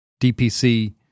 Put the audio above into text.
DPC